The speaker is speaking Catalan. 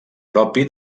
propi